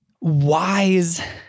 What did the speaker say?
wise